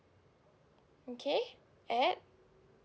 okay at